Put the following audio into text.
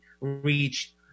reach